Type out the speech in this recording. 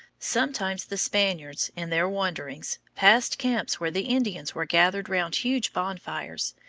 sometimes the spaniards, in their wanderings, passed camps where the indians were gathered round huge bonfires,